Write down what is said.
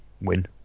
win